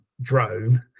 drone